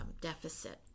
deficit